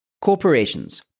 Corporations